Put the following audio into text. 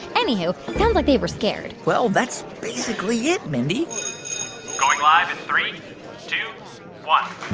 anywho, sounds like they were scared well, that's basically it, mindy going live in three, two, one